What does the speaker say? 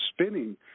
spinning